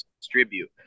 distribute